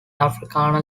africana